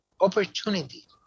Opportunity